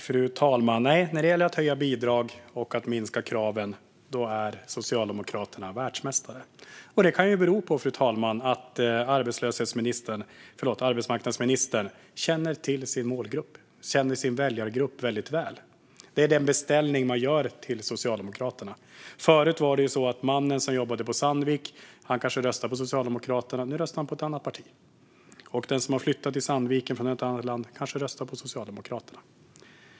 Fru talman! Nej, när det gäller att höja bidrag och sänka krav är Socialdemokraterna världsmästare. Det kan bero på att arbetslöshetsministern, förlåt, arbetsmarknadsministern, känner sin målgrupp och sin väljargrupp väldigt väl. Det är den beställning man gör till Socialdemokraterna. Förut röstade kanske mannen som jobbade på Sandvik på Socialdemokraterna. Nu röstar han på ett annat parti. Den som har flyttat till Sandviken från ett annat land kanske röstar på Socialdemokraterna.